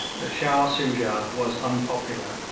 that shah soojah was unpopular.